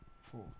Four